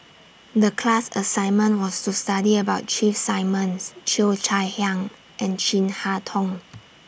The class assignment was to study about Keith Simmons Cheo Chai Hiang and Chin Harn Tong